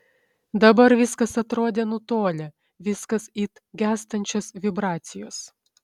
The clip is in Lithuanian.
dabar viskas atrodė nutolę viskas it gęstančios vibracijos